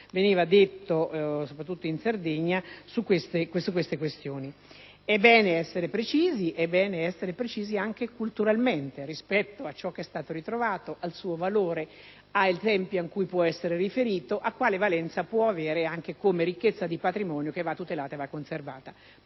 veniva detto soprattutto in Sardegna su tali questioni. È bene essere precisi, anche culturalmente, rispetto a ciò che è stato ritrovato, al suo valore, ai tempi a cui può essere riferito e alla valenza che può avere anche come ricchezza di patrimonio da tutelare e conservare.